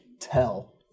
tell